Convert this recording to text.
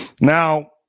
Now